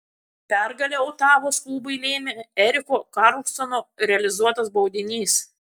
pergalę otavos klubui lėmė eriko karlsono realizuotas baudinys